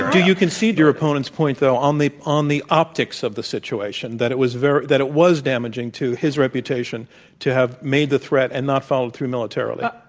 do you concede to your opponents' point, though, on the on the optics of the situation, that it was very that it was damaging to his reputation to have made the threat and not followed through militarily?